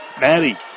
Maddie